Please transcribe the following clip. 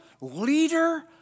leader